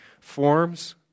forms